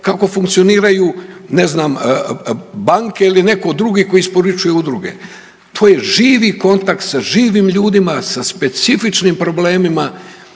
kako funkcioniraju ne znam banke ili neko drugi koji isporučuje udruge. To je živi kontakt sa živim ljudima, sa specifičnim problemima